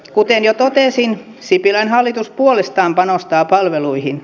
kuten jo totesin sipilän hallitus puolestaan panostaa palveluihin